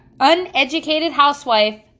Uneducatedhousewife